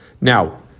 Now